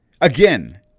Again